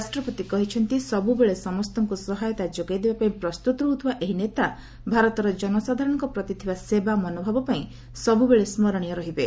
ରାଷ୍ଟ୍ରପତି କହିଛନ୍ତି ସବୁବେଳେ ସମସ୍ତଙ୍କୁ ସହାୟତା ଯୋଗାଇ ଦେବା ପାଇଁ ପ୍ରସ୍ତୁତ ରହୁଥିବା ଏହି ନେତା ଭାରତର ଜନସାଧାରଣଙ୍କ ପ୍ରତି ଥିବା ସେବା ମନୋଭାବ ପାଇଁ ସବୁବେଳେ ସ୍କରଣୀୟ ରହିବେ